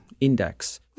index